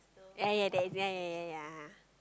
ya ya that's ya ya ya ya